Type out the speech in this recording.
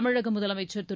தமிழக முதலமைச்சர் திரு